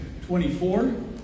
24